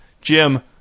Jim